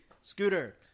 Scooter